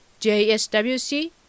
JSWC